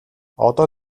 одоо